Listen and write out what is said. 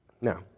Now